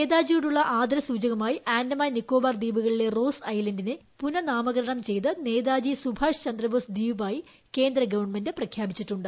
നേതാജിയോടുള്ള ആദരസൂചകമായി ആൻഡമാൻ നിക്കോബാർ ദ്വീപുകളിലെ റോസ് ഐലന്റിനെ പുനഃനാമകരണം ചെയ്ത് നേതാജി സുഭാഷ് ചന്ദ്രബോസ് ദ്വീപായി കേന്ദ്ര ഗവൺമെന്റ് പ്രഖ്യാപിച്ചിട്ടുണ്ട്